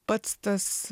pats tas